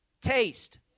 taste